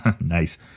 Nice